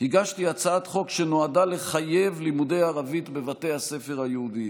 הצעת חוק שנועדה לחייב לימודי ערבית בבתי הספר היהודיים.